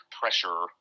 pressure